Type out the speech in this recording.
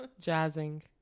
jazzing